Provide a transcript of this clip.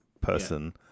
Person